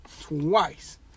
Twice